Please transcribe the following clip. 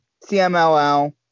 CMLL